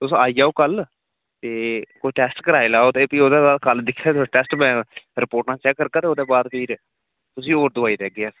तुस आई जाओ कल्ल ते कोई टैस्ट कराई लेओ ते भी ओह्दे बाद कल्ल दिक्खगा टैस्ट भी रपोर्टां चैक्क करगा ते ओह्दे बाद फ्ही तुसें ई होर दोआई देह्गे अस